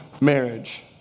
marriage